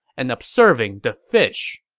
and observing the fish.